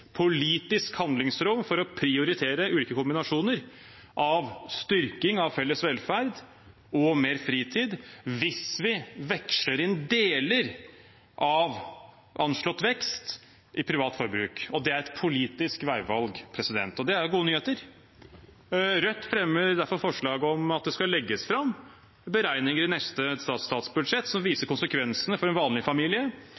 politisk handlingsrom for å prioritere ulike kombinasjoner av styrking av felles velferd og mer fritid, hvis vi veksler inn deler av anslått vekst i privat forbruk, og det er et politisk veivalg. Det er gode nyheter. Rødt fremmer derfor forslag om at det skal legges fram beregninger i neste statsbudsjett som